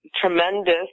tremendous